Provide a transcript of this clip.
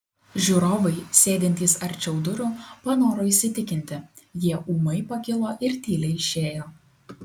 žiūrovai sėdintys arčiau durų panoro įsitikinti jie ūmai pakilo ir tyliai išėjo